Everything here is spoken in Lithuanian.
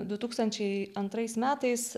du tūkstančiai antrais metais